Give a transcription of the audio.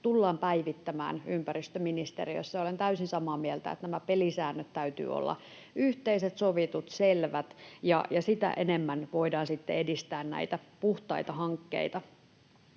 tullaan päivittämään ympäristöministeriössä. Olen täysin samaa mieltä, että pelisääntöjen täytyy olla yhteiset, sovitut, selvät, ja sitä enemmän voidaan sitten edistää näitä puhtaita hankkeita.